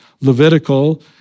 Levitical